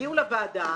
והגיעו לוועדה,